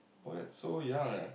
oh that's so young eh